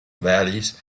valleys